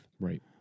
right